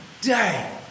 day